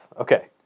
Okay